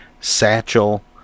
Satchel